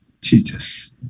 Jesus